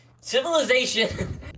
Civilization